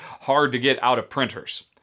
hard-to-get-out-of-printers